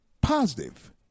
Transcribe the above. positive